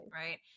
right